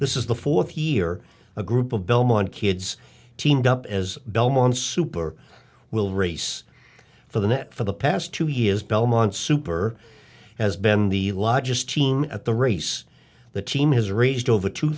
this is the fourth year a group of belmont kids teamed up as belmont super will race for the net for the past two years belmont super has been the largest team at the race the team has raised over two